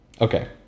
Okay